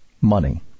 money